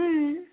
ओं